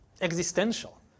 existential